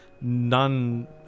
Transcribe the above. None